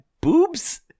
boobs